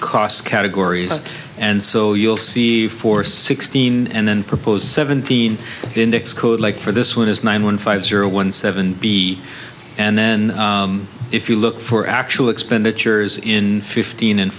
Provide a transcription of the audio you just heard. costs categories and so you'll see four sixteen and then proposed seventeen index code like for this one is nine one five zero one seven b and then if you look for actual expenditures in fifteen and